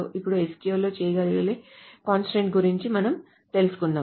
ఇప్పుడు SQL లో చేయగలిగే కంస్ట్రయిన్ట్స్ గురించి కొంచెం తెలుసుకుందాం